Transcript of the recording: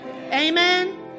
Amen